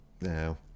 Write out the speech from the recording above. No